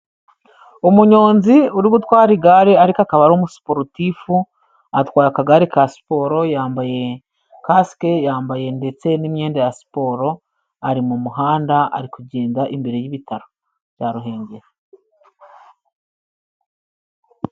Umunyonzi uri gutwara igare ariko akaba ari umusiporutifu, atwaye akagare ka siporo, yambaye kasike, yambaye ndetse n'imyenda ya siporo, ari mumuhanda ari kugenda imbere y'ibitaro bya Ruhengeri.